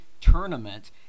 tournament